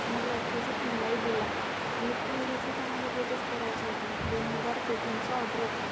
त्यामधला एक प्रोजेक्ट मलाही दिला कमीत कमी दिवसात हा मला प्रोजेक्ट करायचा होता दोन हजार पेठ्यांचा ऑर्डर होता